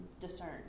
discern